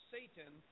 Satan